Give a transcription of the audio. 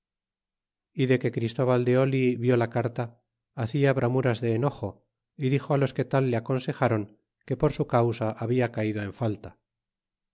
y de que e christóbal de oh vi la carta hacia bramuras de enojo y dixo los que tal le aconsejaron que por su causa habla caldo en falta